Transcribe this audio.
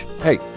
Hey